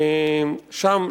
שם,